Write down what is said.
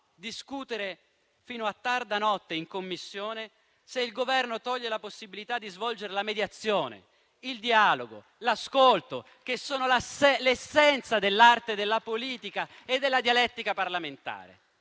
discutere fino a tarda notte in Commissione, se il Governo toglie la possibilità di svolgere la mediazione, il dialogo e l'ascolto, che sono l'essenza dell'arte della politica e della dialettica parlamentare?